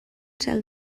cel